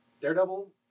Daredevil